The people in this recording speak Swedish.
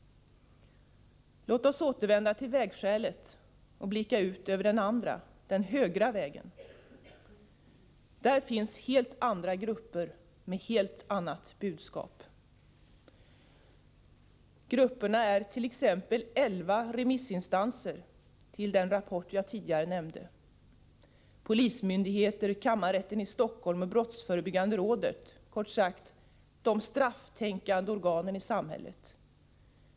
Låt oss återvända till vägskälet och blicka ut över den andra, den högra vägen. Där finns helt andra grupper med helt annat budskap. elva remissinstanser som yttrat sig över den rapport jag tidigare nämnde: polismyndigheter, kammarrätten i Stockholm och brottsförebyggande rådet — kort sagt de strafftänkande organen i samhället.